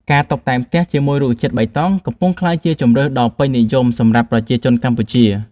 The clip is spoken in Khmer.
ការតុបតែងផ្ទះជាមួយរុក្ខជាតិបៃតង កំពុងក្លាយជាជម្រើសដ៏ពេញនិយមសម្រាប់ប្រជាជនកម្ពុជា